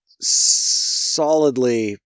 solidly